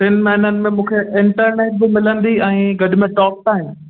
टिनि महिननि में मूंखे इंटरनेट बि मिलंदी ऐं गॾ में टॉकटाईम